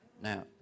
Now